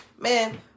man